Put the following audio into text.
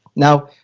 now,